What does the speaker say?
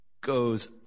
goes